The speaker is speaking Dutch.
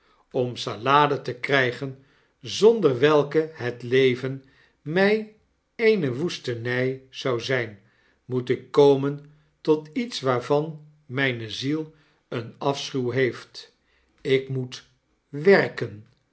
om salade te krygen zonder welke het leven my eene woestenij zou zyn moet ik komen tot iets waarvan rnyne ziel een afschuw heeft ik moet werken